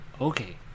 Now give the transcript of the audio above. Okay